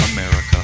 America